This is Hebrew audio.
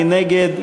מי נגד?